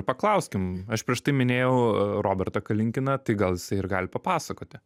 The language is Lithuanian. paklauskim aš prieš tai minėjau robertą kalinkiną tai gal jisai ir gali papasakoti